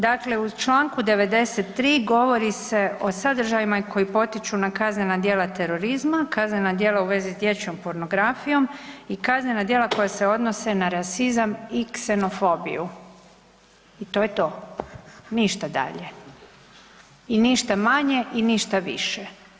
Dakle, u čl. 93.govori se o sadržajima koji potiču na kaznena djela terorizma, kaznena djela u vezi s dječjom pornografijom, kaznena djela koja se odnose na rasizam i ksenofobiju i to je to, ništa dalje i ništa manje i ništa više.